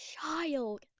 child